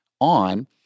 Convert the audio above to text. on